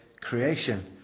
creation